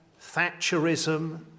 Thatcherism